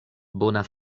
bona